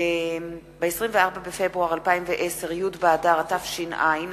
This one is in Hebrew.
מסעוד גנאים.